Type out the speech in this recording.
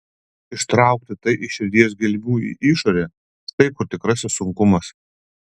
ištraukti tai iš širdies gelmių į išorę štai kur tikrasis sunkumas